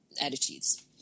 attitudes